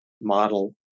model